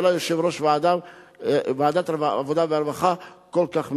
לה יושב-ראש ועדת עבודה ורווחה כל כך מבורך.